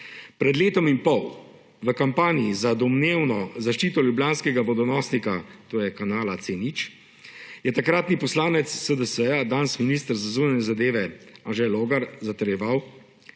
Pred letom in pol v kampanji za domnevno zaščito ljubljanskega vodonosnika, torej kanala C0, je takratni poslanec SDS, danes minister za zunanje zadeve Anže Logar, zatrjeval,